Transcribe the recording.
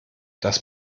das